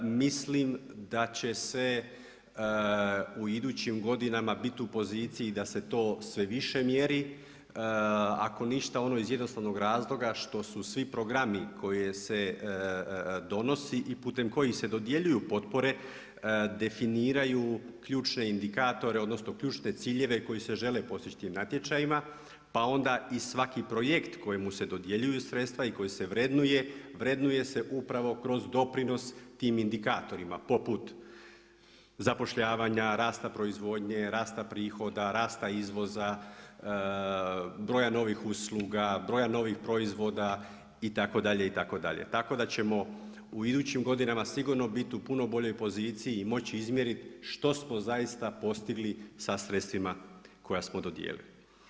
Mislim da će se u idućim godinama biti u poziciji da se to sve više mjeri, ako ništa ono iz jednostavnog razloga što su svi programi koji se donosi i putem kojih se dodjeljuju potpore definiraju ključne indikatore odnosno ključne ciljeve koji se žele postići tim natječajima pa onda i svaki projekt kojemu se dodjeljuju sredstva i koji se vrednuje, vrednuje se upravo kroz doprinos tim indikatorima, poput zapošljavanja, rasta proizvodnje, rasta prihoda, rasta izvoza, broja novih usluga, broja novih proizvoda itd., itd., tako da ćemo u idućim godinama sigurno biti u puno boljoj poziciji i moći izmjeriti što smo zaista postigli sa sredstvima koja smo dodijelili.